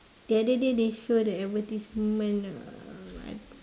the other day they show the advertisement uh